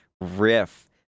riff